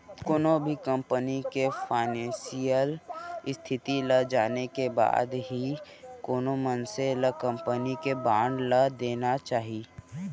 कोनो भी कंपनी के फानेसियल इस्थिति ल जाने के बाद ही कोनो मनसे ल कंपनी के बांड ल लेना चाही